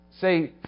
say